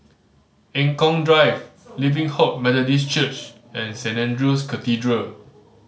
Eng Kong Drive Living Hope Methodist Church and Saint Andrew's Cathedral